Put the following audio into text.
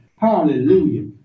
Hallelujah